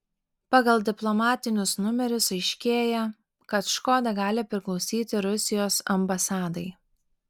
pagal diplomatinius numerius aiškėja kad škoda gali priklausyti rusijos ambasadai